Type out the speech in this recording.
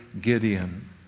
Gideon